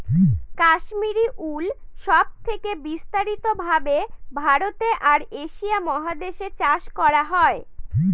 Kashmiri wool সব থেকে বিস্তারিত ভাবে ভারতে আর এশিয়া মহাদেশে চাষ করা হয়